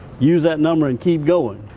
use that number and keep going.